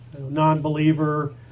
non-believer